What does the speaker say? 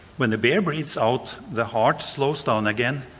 when the bear breathes out, the heart slows down again,